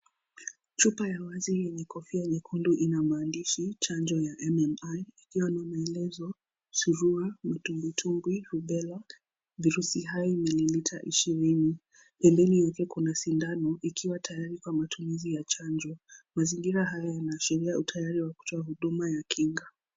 Chupa ya wazi yenye kofia nyekundu inamandishi, chanjo ya MMR, yana nelezo, surua, matumbwitumbwi, rubella, virusi hii meningita ishirini. pembeni yake kuna sindano, ikiwa tayari kwa matumizi ya chanjo. Mazingira hii yanashiria utayari wa kutuwa huduma ya kinga.